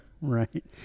Right